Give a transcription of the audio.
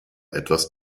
etwas